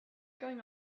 going